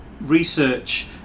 research